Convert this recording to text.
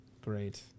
Great